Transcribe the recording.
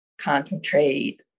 concentrate